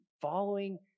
following